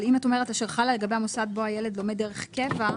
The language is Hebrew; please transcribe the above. אבל אם את אומרת: אשר חלה לגבי המוסד בו הילד לומד דרך קבע,